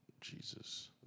Jesus